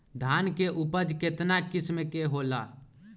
धान के उपज केतना किस्म के होला?